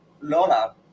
Lola